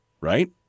Right